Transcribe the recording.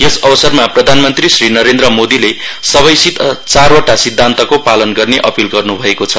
यस अवसरमा प्रधानमन्त्री श्री नरेन्द्र मोदीले सबैसित चारवटा सिद्धान्तको पालन गर्ने अपिल गर्न् भएको छ